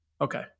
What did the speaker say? Okay